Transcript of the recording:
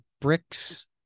bricks